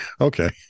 okay